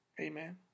Amen